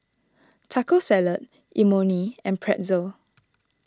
Taco Salad Imoni and Pretzel